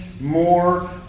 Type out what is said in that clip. more